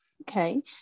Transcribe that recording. Okay